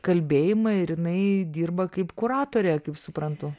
kalbėjimą ir jinai dirba kaip kuratorė kaip suprantu